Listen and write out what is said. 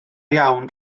iawn